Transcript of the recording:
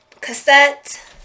cassette